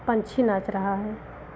पंछी नाच रहा है